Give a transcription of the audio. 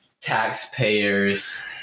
taxpayers